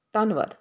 ਧੰਨਵਾਦ